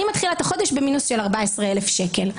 אני מתחילה את החודש במינוס של 14,000 שקל.